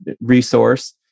resource